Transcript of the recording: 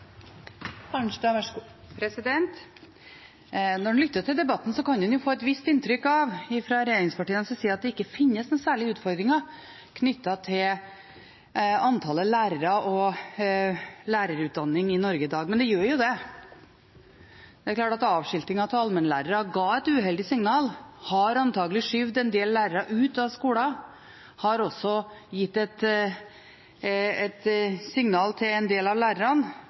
Når en lytter til debatten, kan en få et visst inntrykk av at det fra regjeringspartienes side ikke finnes noen særlige utfordringer knyttet til antallet lærere og lærerutdanning i Norge i dag. Men det gjør jo det. Det er klart at avskiltingen av allmennlærere ga et uheldig signal. Det har antakelig skjøvet en del lærere ut av skolen og også gitt et signal til en del av lærerne,